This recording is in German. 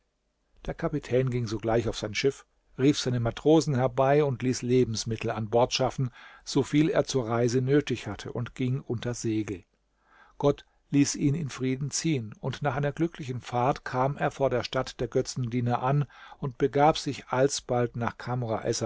der kapitän ging sogleich auf sein schiff rief seine matrosen herbei und ließ lebensmittel an bord schaffen so viel er zur reise nötig hatte und ging unter segel gott ließ ihn in frieden ziehen und nach einer glücklichen fahrt kam er vor der stadt der götzendiener an und begab sich alsbald nach kamr